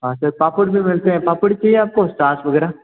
हाँ सर पापड़ भी मिलते हैं पापड़ भी चाहिए आप को स्टार्ट्स वग़ैरह